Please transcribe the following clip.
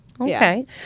okay